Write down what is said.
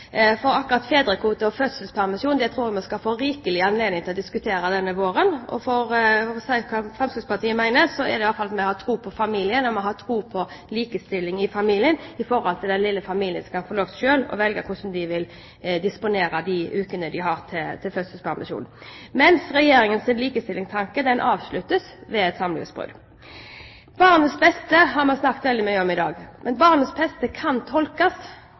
Akkurat fedrekvote og fødselspermisjon tror jeg vi skal få rikelig anledning til å diskutere denne våren. Fremskrittspartiet har tro på familien, og vi har tro på likestilling i familien i den forstand at den lille familien selv skal få lov til å velge hvordan den vil disponere ukene med fødselspermisjon. Regjeringens likestillingstanke avsluttes derimot ved et samlivsbrudd. Vi har snakket veldig mye om «barnets beste» i dag, men barnets beste kan tolkes.